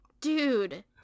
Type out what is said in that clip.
Dude